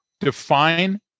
define